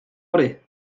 yfory